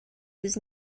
his